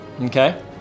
okay